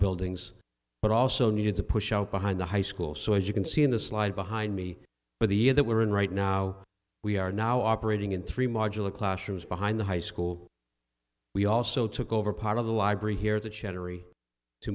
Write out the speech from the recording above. buildings but also needed to push out behind the high school so as you can see in the slide behind me but the year that we're in right now we are now operating in three modular classrooms behind the high school we also took over part of the library here t